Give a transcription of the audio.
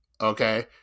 okay